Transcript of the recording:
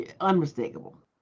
unmistakable